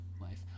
life